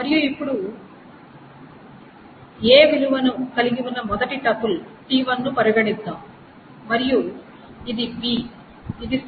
మరియు ఇప్పుడు a విలువను కలిగి ఉన్న మొదటి టపుల్ t1 ను పరిగణిద్దాం మరియు ఇది b ఇది c